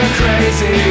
crazy